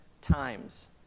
times